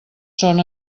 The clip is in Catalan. són